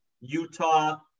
Utah